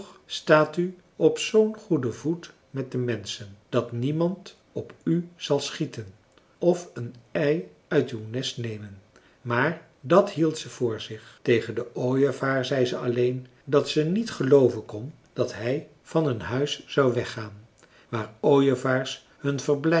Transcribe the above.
staat u op zoo'n goeden voet met de menschen dat niemand op u zal schieten of een ei uit uw nest nemen maar dat hield ze voor zich tegen den ooievaar zei ze alleen dat ze niet gelooven kon dat hij van een huis zou weggaan waar ooievaars hun verblijf